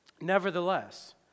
Nevertheless